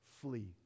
flee